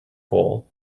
goal